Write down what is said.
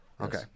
Okay